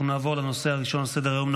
אנחנו נעבור לנושא הראשון על סדר-היום,